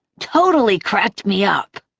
totally cracked me up.